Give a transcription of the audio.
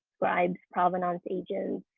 scribes, provenance agents,